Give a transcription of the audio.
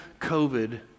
COVID